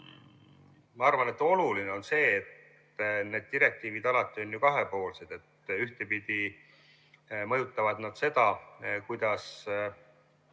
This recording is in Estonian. Kindlasti, oluline on see, et need direktiivid on alati ju kahepoolsed. Ühtepidi mõjutavad nad seda, kuidas